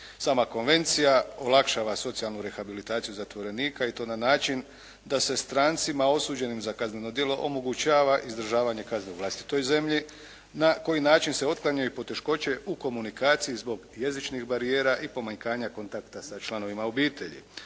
Sama konvencija olakšava socijalnu rehabilitaciju zatvorenika i to na način da se strancima osuđenim za kazneno djelo omogućava izdržavanje kazne u vlastitoj zemlji na koji način se otklanjaju poteškoće u komunikaciji zbog jezičnih barijera i pomanjkanja kontakta sa članovima obitelji,